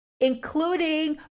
including